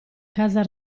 casa